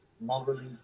morally